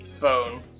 phone